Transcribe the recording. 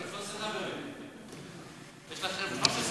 יש לכם 13 חברים, יש לכם 13 חברים.